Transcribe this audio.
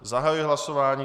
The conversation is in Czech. Zahajuji hlasování.